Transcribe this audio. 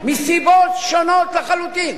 מסיבות שונות לחלוטין.